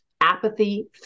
apathy